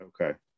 Okay